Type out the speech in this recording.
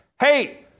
hey